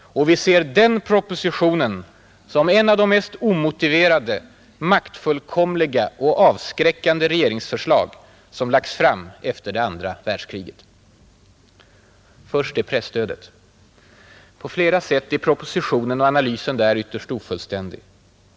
Och vi ser den propositionen som ett av de mest omotiverade, maktfullkomliga och avskräckande regeringsförslag som lagts fram efter det andra världskriget. Först till presstödet. På flera sätt är propositionen och analysen där ytterst ofullständig.